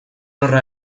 horra